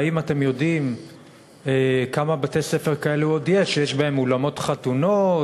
והאם אתם יודעים כמה עוד בתי-ספר כאלו יש בהם אולמות חתונות,